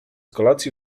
kolacji